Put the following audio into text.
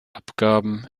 abgaben